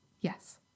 Yes